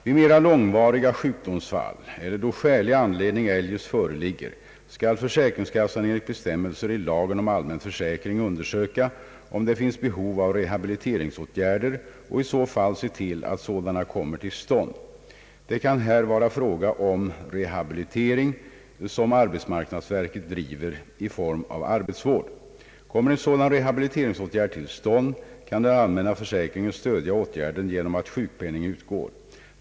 Vid mera långvariga sjukdomsfall eller då skälig anledning eljest föreligger skall försäkringskassan enligt bestämmelser i lagen om allmän försäkring undersöka om det finns behov av rehabiliteringsåtgärder och i så fall se till att sådana kommer till stånd. Det kan här vara fråga om rehabilitering som arbetsmarknadsverket driver i form av arbetsvård. Kommer en sådan rehabiliteringsåtgärd till stånd kan den allmänna försäkringen stödja åtgärden genom att sjukpenning utgår.